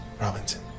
Robinson